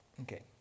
okay